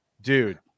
Dude